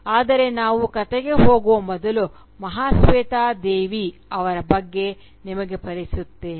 ಆದರೆ ನಾವು ಕಥೆಗೆ ಹೋಗುವ ಮೊದಲು ಮಹಾಸ್ವೇತಾ ದೇವಿ ಅವರ ಬಗ್ಗೆ ನಿಮಗೆ ಪರಿಚಯಿಸುತ್ತೇನೆ